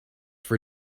for